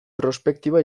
prospektiba